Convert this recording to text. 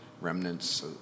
remnants